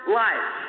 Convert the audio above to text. life